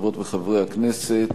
חברות וחברי הכנסת,